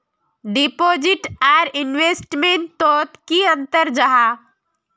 Deposit or investment तोत की अंतर जाहा?